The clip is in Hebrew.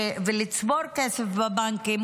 ולצבור כסף בבנקים,